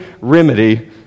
remedy